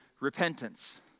repentance